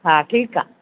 हा ठीकु आहे